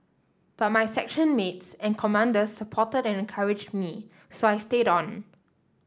but my section mates and commanders supported and encouraged me so I stayed on